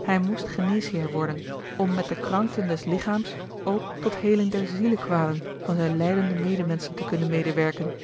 hij moest geneesheer worden om met de krankten des lichaams ook tot heeling der zielekwalen van zijne lijdende medemenschen te kunnen medewerken